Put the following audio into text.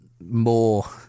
more